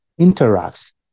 interacts